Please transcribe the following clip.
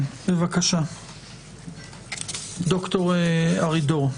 בבקשה, ד"ר ארידור.